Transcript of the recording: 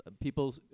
People